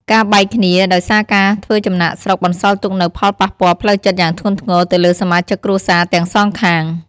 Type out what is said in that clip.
ការបែកគ្នាដោយសារការធ្វើចំណាកស្រុកបន្សល់ទុកនូវផលប៉ះពាល់ផ្លូវចិត្តយ៉ាងធ្ងន់ធ្ងរទៅលើសមាជិកគ្រួសារទាំងសងខាង។